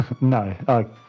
No